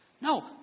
No